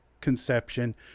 conception